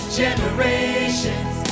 generations